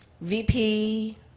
VP